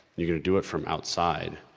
you're gonna do it from outside,